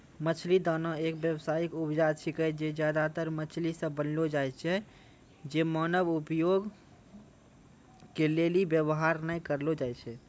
मछली दाना एक व्यावसायिक उपजा छिकै जे ज्यादातर मछली से बनलो छै जे मानव उपभोग के लेली वेवहार नै करलो जाय छै